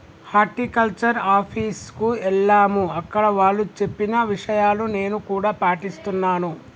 horticulture office కు ఎల్లాము అక్కడ వాళ్ళు చెప్పిన విషయాలు నేను కూడా పాటిస్తున్నాను